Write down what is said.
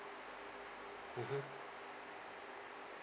mmhmm